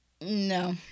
no